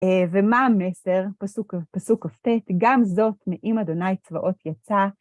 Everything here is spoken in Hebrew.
ומה המסר, פסוק כט, גם זאת מעם אדוני צבאות יצאה.